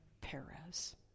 Perez